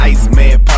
Iceman